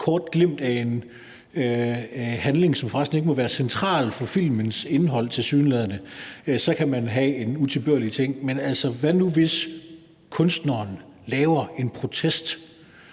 kort glimt af en handling, som for resten ikke må være central for filmens indhold, tilsyneladende. Så kan man have en utilbørlig ting. Men hvad nu, hvis kunstneren laver en protest,